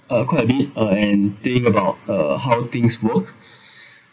uh quite a bit uh and think about uh how things work